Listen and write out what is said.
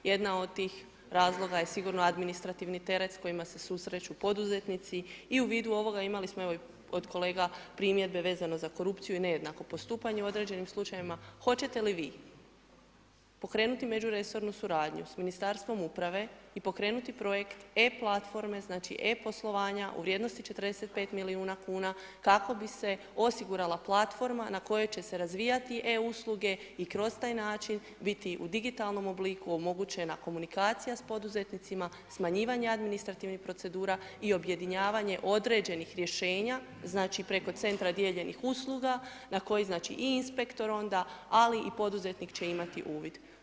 Jedna od tih razloga je sigurno administrativni teret s kojima se susreću poduzetnici i u vidu ovoga imali smo, evo i kod kolega, primjedbe vezano za korupciju i nejednako postupanje u određenim slučajevima, hoćete li vi, pokrenuti međuresorno suradnju s Ministarstvom uprave i pokrenuti projekt e-platforme, znači e-poslovanja u vrijednosti od 45 milijuna kn kako bi se osigurala platforma na kojoj će se razvijat e usluge i kroz taj način biti u digitalnom obliku omogućena komunikacija s poduzetnicima, smanjivanje administrativnih procedura i objedinjavanje određenih rješenja, znači preko centra dijeljenih usluga na koji znači i inspektor onda, ali i poduzetnik će imati uvid.